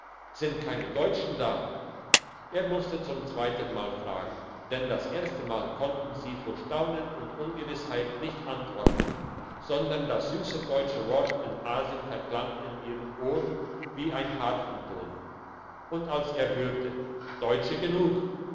sind keine deutsche da er musste zum zweiten mal fragen denn das erste mal konnten sie vor staunen und ungewissheit nicht antworten sondern das süsse deutsche wort in asien verklang in ihren ohren wie ein harfenton und als er hörte deutsche genug